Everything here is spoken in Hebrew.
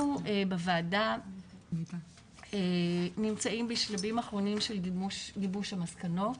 אנחנו בוועדה נמצאים בשלבים אחרונים של גיבוש המסקנות.